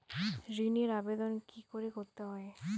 ঋণের আবেদন কি করে করতে হয়?